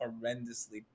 horrendously